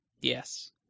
Yes